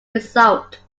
result